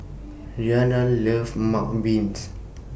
Rhianna loves Mung wins